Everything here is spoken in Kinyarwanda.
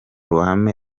ruhame